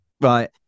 Right